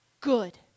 Good